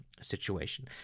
situation